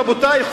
רבותי,